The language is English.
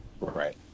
right